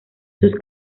sus